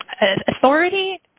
authority